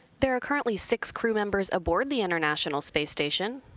there are currently six crew members aboard the international space station.